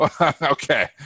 okay